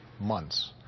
months